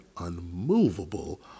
unmovable